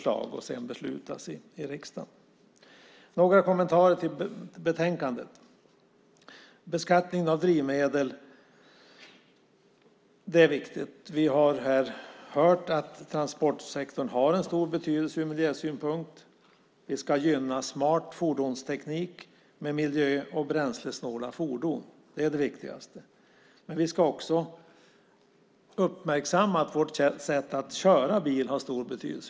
Sedan ska det beslutas i riksdagen. Jag har några kommentarer till betänkandet. Beskattningen av drivmedel är viktig. Vi har hört att transportsektorn har stor betydelse ur miljösynpunkt. Vi ska gynna smart fordonsteknik med miljöfordon och bränslesnåla fordon. Det är det viktigaste. Men vi ska också uppmärksamma att vårt sätt att köra bil har stor betydelse.